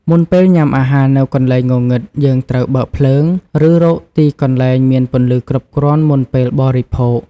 មុនពេលញាំអាហារនៅកន្លែងងងឹតយើងត្រូវ បើកភ្លើង ឬរកទីកន្លែងមានពន្លឺគ្រប់គ្រាន់មុនពេលបរិភោគ ។